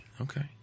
Okay